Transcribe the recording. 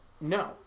No